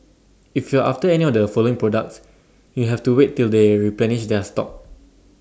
if you're after any or the following products you'll have to wait till they replenish their stock